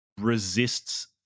resists